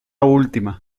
última